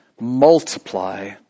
multiply